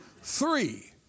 three